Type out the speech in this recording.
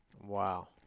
Wow